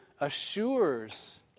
assures